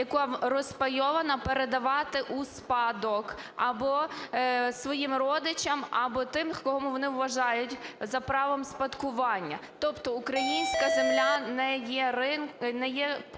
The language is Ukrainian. яка розпайована, передавати у спадок або своїм родичам, або тим, кого вони вважають за правом спадкування. Тобто українська земля не є покупкою